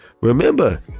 remember